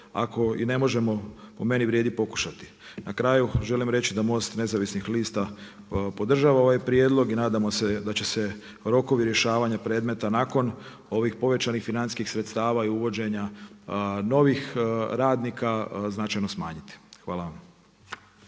ako i ne možemo, po meni vrijedi pokušati. Na kraju, želim reći da Most nezavisnih lista podržava ovaj prijedlog i nadamo se da će se rokovi rješavanja predmeta nakon ovih povećanih financijskih sredstava i uvođenja novih radnika značajno smanjiti. Hvala vam.